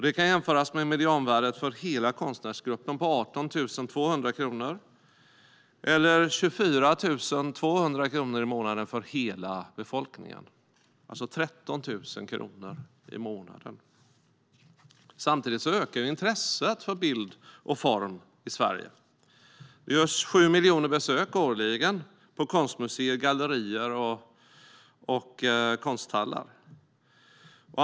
Det kan jämföras med medianvärdet för hela konstnärsgruppen, 18 200 kronor, eller 24 200 kronor i månaden, som det är för befolkningen som helhet. Samtidigt ökar intresset för bild och form i Sverige. Det görs årligen 7 miljoner besök på konstmuseer, gallerier och konsthallar.